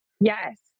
Yes